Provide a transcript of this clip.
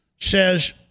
says